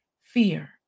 fear